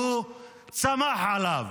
פשוט חזר לדפוס ההתנהלות שהוא צמח עליו.